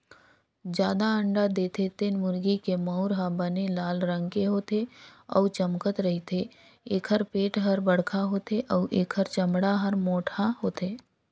जादा अंडा देथे तेन मुरगी के मउर ह बने लाल रंग के होथे अउ चमकत रहिथे, एखर पेट हर बड़खा होथे अउ एखर चमड़ा हर मोटहा होथे